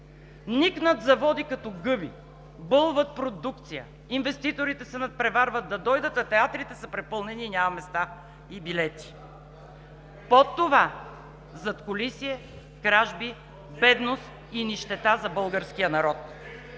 никнат заводи като гъби, бълват продукция, инвеститорите се надпреварват да дойдат, а театрите са препълнени и няма места и билети. Под това задкулисие – кражби, бедност и нищета за българския народ!